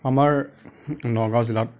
আমাৰ নগাঁও জিলাত